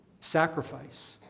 Sacrifice